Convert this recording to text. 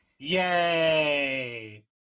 Yay